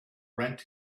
rent